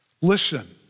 Listen